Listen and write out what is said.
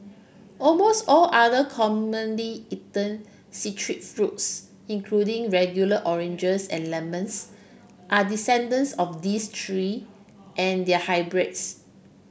almost all other commonly eaten citrus fruits including regular oranges and lemons are descendants of these three and their hybrids